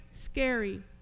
scary